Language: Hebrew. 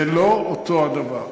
זה לא אותו הדבר.